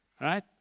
Right